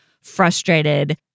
frustrated